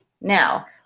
now